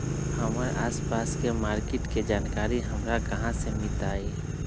हमर आसपास के मार्किट के जानकारी हमरा कहाँ से मिताई?